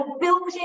Building